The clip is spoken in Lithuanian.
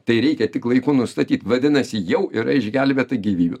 tai reikia tik laiku nustatyt vadinasi jau yra išgelbėta gyvybių